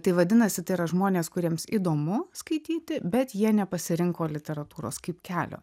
tai vadinasi tai yra žmonės kuriems įdomu skaityti bet jie nepasirinko literatūros kaip kelio